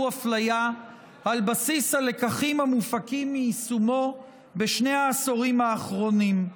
הפליה על בסיס הלקחים המופקים מיישומו בשני העשורים האחרונים.